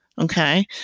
okay